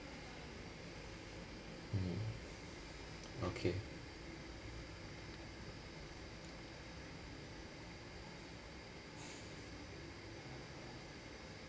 mm okay